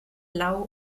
blau